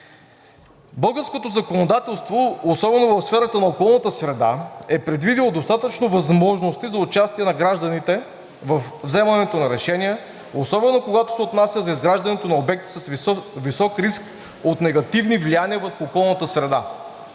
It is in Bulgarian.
Българското законодателство, особено в сферата на околната среда, е предвидило достатъчно възможности за участие на гражданите във вземането на решения, особено когато се отнася за изграждането на обекти с висок риск от негативни влияния върху околната среда.